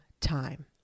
time